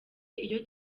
iyo